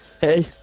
hey